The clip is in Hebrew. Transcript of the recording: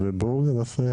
בואו ננסה,